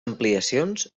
ampliacions